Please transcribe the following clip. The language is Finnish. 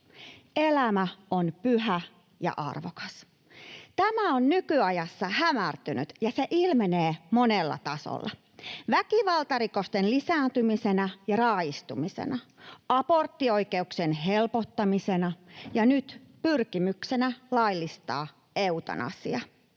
Elämä on pyhä ja arvokas. Tämä on nykyajassa hämärtynyt, ja se ilmenee monella tasolla: väkivaltarikosten lisääntymisenä ja raaistumisena, aborttioikeuksien helpottamisena sekä nyt pyrkimyksenä laillistaa eutanasia.